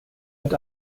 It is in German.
mit